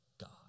God